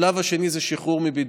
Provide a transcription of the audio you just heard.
השלב השני הוא שחרור מבידוד.